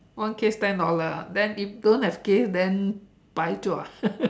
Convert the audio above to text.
one case ten dollar ah then if don't have case then 白做 ah